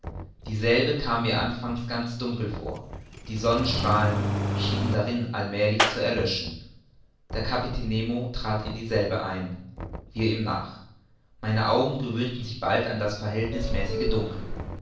dieselbe kam mir anfangs ganz dunkel vor die sonnenstrahlen schienen darin allmälig zu erlöschen der kapitän nemo trat in dieselbe ein wir nach ihm meine augen gewöhnten sich bald an das verhältnißmäßige dunkel